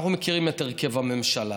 אנחנו מכירים את הרכב הממשלה.